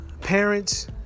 Parents